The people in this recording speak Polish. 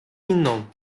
inną